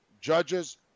Judges